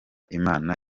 imana